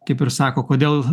kaip ir sako kodėl